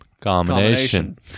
Combination